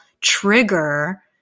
trigger